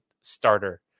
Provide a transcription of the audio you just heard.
starter